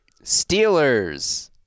Steelers